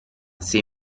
sei